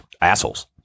assholes